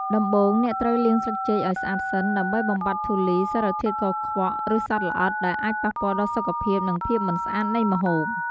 ដំបូង អ្នកត្រូវលាងស្លឹកចេកឱ្យស្អាតសិន ដើម្បីបំបាត់ធូលី សារធាតុកខ្វក់ ឬសត្វល្អិត ដែលអាចប៉ះពាល់ដល់សុខភាព និងភាពមិនស្អាតនៃម្ហូប។